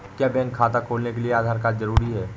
क्या बैंक खाता खोलने के लिए आधार कार्ड जरूरी है?